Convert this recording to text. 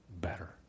better